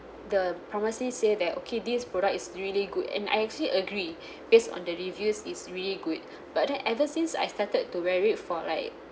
the pharmacist say that okay this product is really good and I actually agree based on the reviews is really good but then ever since I started to wear it for like